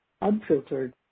unfiltered